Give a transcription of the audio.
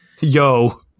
yo